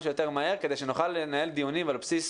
שיותר מהר כדי שנוכל לנהל דיונים על בסיס